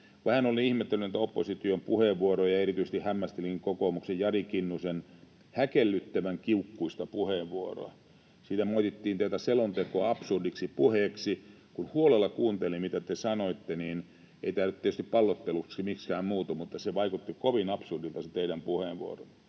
Vähän olen ihmetellyt näitä opposition puheenvuoroja. Erityisesti hämmästelin kokoomuksen Jari Kinnusen häkellyttävän kiukkuista puheenvuoroa. Siinä moitittiin tätä selontekoa absurdiksi puheeksi. Kun huolella kuuntelin, mitä te sanoitte, niin — ei tämä nyt tietysti pallottelulla miksikään muutu, mutta — se vaikutti kovin absurdilta, se teidän puheenvuoronne.